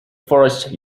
forest